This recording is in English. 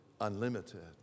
unlimited